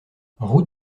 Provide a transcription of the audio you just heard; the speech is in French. route